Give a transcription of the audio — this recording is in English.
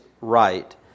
right